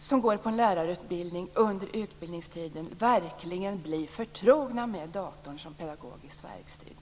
som går på en lärarutbildning under utbildningstiden verkligen blir förtrogna med datorn som pedagogiskt verktyg.